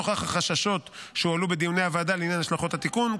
נוכח החששות שהועלו בדיוני הוועדה לעניין השלכות התיקון,